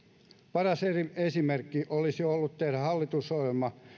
paras esimerkki olisi ollut tehdä hallitusohjelma